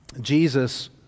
Jesus